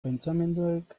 pentsamenduek